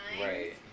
Right